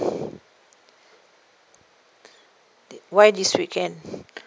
why this weekend